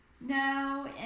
No